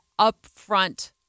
upfront